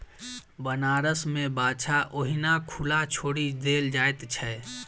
बनारस मे बाछा ओहिना खुला छोड़ि देल जाइत छै